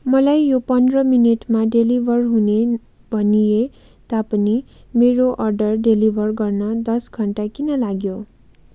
मलाई यो पन्ध्र मिनेटमा डेलिभर हुने भनिए तापनि मेरो अर्डर डेलिभर गर्न दस घन्टा किन लाग्यो